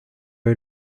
are